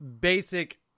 basic